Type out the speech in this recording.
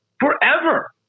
forever